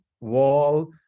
wall